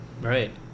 Right